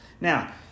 Now